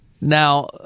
Now